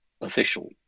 official